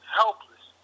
helpless